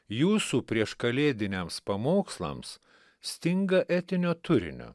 jūsų prieškalėdiniams pamokslams stinga etinio turinio